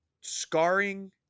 Scarring